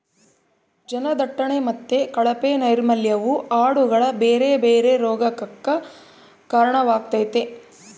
ಜನದಟ್ಟಣೆ ಮತ್ತೆ ಕಳಪೆ ನೈರ್ಮಲ್ಯವು ಆಡುಗಳ ಬೇರೆ ಬೇರೆ ರೋಗಗಕ್ಕ ಕಾರಣವಾಗ್ತತೆ